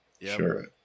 Sure